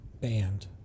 band